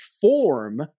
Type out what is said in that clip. form